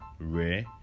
Rare